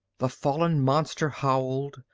the fallen monster howled,